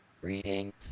Greetings